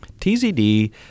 TZD